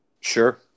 Sure